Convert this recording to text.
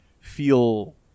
feel